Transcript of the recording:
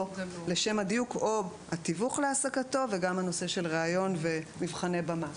פה לשם הדיוק: "או התיווך להעסקתו" וגם הנושא של ריאיון ומבחני במה.